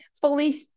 fully